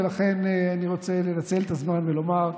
ולכן אני רוצה לנצל את הזמן ולומר,